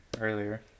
earlier